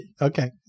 Okay